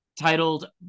titled